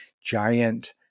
giant